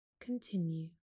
continue